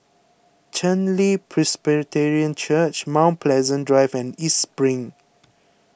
Chen Li Presbyterian Church Mount Pleasant Drive and East Spring